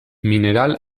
mineral